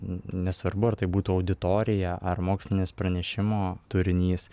nesvarbu ar tai būtų auditorija ar mokslinis pranešimo turinys